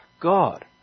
God